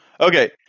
Okay